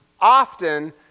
often